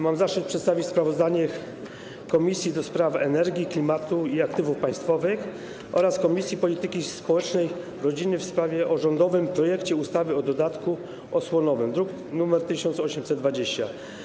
Mam zaszczyt przedstawić sprawozdanie Komisji do Spraw Energii, Klimatu i Aktywów Państwowych oraz Komisji Polityki Społecznej i Rodziny o rządowym projekcie ustawy o dodatku osłonowym, druk nr 1820.